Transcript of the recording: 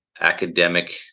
academic